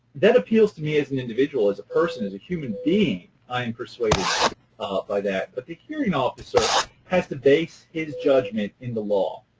that appeals to me as an individual. as a person, as a human being i am persuaded by that, but the hearing officer has to base his judgment in the law.